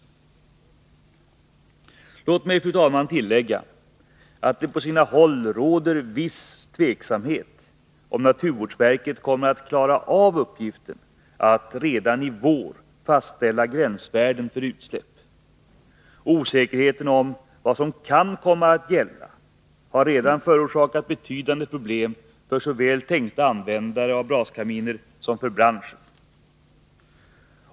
Låt mig, fru talman, tillägga att det på sina håll råder viss tveksamhet om huruvida naturvårdsverket kommer att klara av uppgiften att redan i vår fastställa gränsvärden för utsläpp. Osäkerheten om vad som kan komma att gälla har redan förorsakat betydande problem såväl för tänkta användare av braskaminer som för branschen.